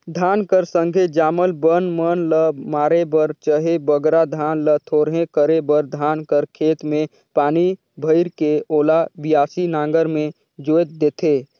धान कर संघे जामल बन मन ल मारे बर चहे बगरा धान ल थोरहे करे बर धान कर खेत मे पानी भइर के ओला बियासी नांगर मे जोएत देथे